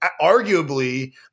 arguably